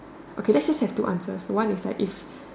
okay let's just have two answers one is like if